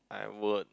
I would